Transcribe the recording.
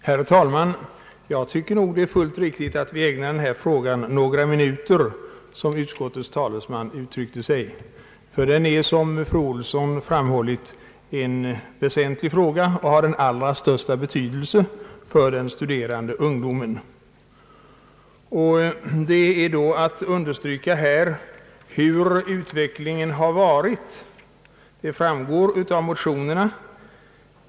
Herr talman! Jag tycker nog det är fullt riktigt att ägna några minuter åt den här frågan, som utskottets talesman uttryckte sig. Som fru Olsson framhöll är den väsentlig och har den allra största betydelse för den studerande ungdomen. Det är angeläget att här understryka hur utvecklingen har varit, vilket framgår av motionerna.